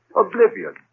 oblivion